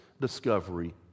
discovery